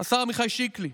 השר עמיחי שיקלי.